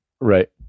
Right